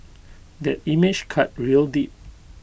that image cut real deep